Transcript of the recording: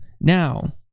Now